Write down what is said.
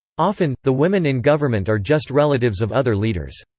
often, the women in government are just relatives of other leaders.